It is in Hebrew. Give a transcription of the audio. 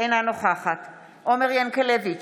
אינה נוכחת עומר ינקלביץ'